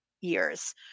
years